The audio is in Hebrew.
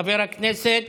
חבר הכנסת